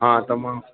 હા તમા